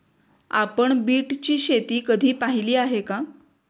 आपण बीटची शेती कधी पाहिली आहे का?